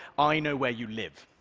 i know where you live.